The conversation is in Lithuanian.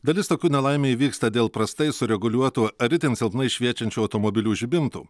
dalis tokių nelaimių įvyksta dėl prastai sureguliuotų ar itin silpnai šviečiančių automobilių žibintų